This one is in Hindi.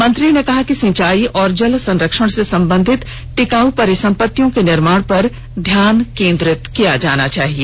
मंत्री ने कहा कि सिंचाई और जल संरक्षण से संबंधित टिकाऊ परिसम्पत्तियों के निर्माण पर ध्यान केन्द्रित किया जाना चाहिए